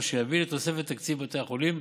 מה שיביא לתוספת תקציב לבתי החולים,